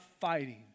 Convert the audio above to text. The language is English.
fighting